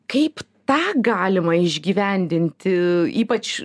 kaip tą galima išgyvendinti ypač